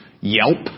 yelp